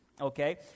okay